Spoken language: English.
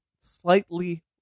slightly